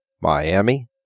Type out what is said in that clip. Miami